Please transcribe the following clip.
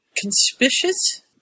conspicuous